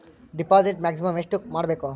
Deposit maximum ಎಷ್ಟು ಮಾಡಬೇಕು?